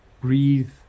breathe